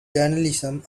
journalism